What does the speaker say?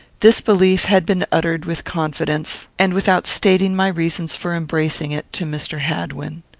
this belief had been uttered with confidence, and without stating my reasons for embracing it, to mr. hadwin.